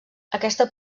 aquesta